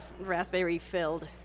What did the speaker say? raspberry-filled